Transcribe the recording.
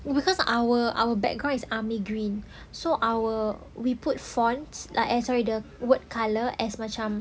because our our background is army green so our we put fonts like eh sorry the word colour as macam